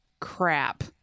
crap